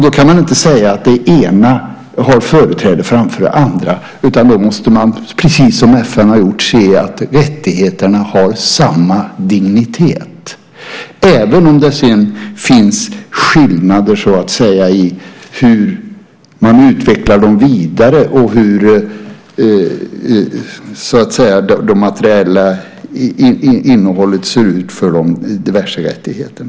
Då kan man inte säga att det ena har företräde framför det andra. Man måste precis som FN har gjort se att rättigheterna har samma dignitet. Det gäller även om det sedan finns skillnader i hur man utvecklar dem vidare och hur det materiella innehållet ser ut för diverse rättigheter.